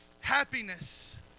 happiness